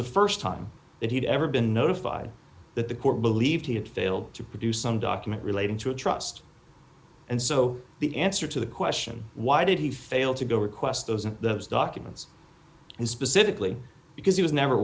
the st time that he'd ever been notified that the court believed he had failed to produce some document relating to a trust and so the answer to the question why did he fail to go request those and those documents and specifically because he was never